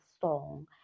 song